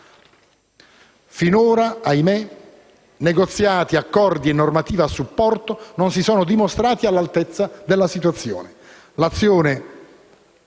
finora - ahimè - negoziati, accordi e normativa a supporto non si sono dimostrati all'altezza della situazione.